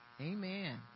Amen